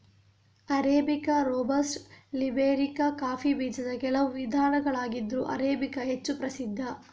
arabica, robusta, liberica coffee ಬೀಜದ ಕೆಲವು ವಿಧಗಳಾಗಿದ್ರೂ ಅರೇಬಿಕಾ ಹೆಚ್ಚು ಪ್ರಸಿದ್ಧ